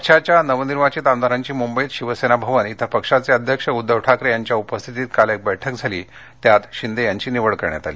पक्षाच्या नवनिर्वाचित आमदारांची मुंबईमध्ये शिवसेना भवन इथं पक्षाचे अध्यक्ष उद्दव ठाकरे यांच्या उपस्थितीत काल एक बैठक झाली त्यात शिंदे यांची निवड करण्यात आली